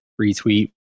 retweet